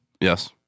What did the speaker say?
Yes